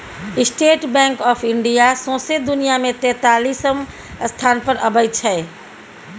state Bank of India सौंसे दुनियाँ मे तेतालीसम स्थान पर अबै छै